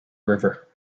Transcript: river